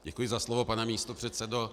Děkuji za slovo, pane místopředsedo.